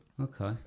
Okay